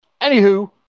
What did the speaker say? Anywho